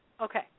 Okay